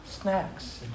snacks